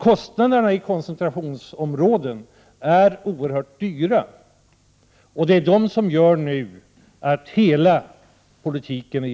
Kostnaderna i koncentrationsområden är nämligen oerhört höga, och det är dessa som gör att hela politiken hotas.